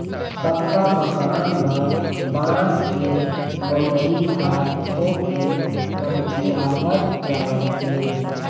पक्का मकान म बांस के बउरई ह थोकिन कमतीयावत जावत हे